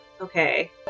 Okay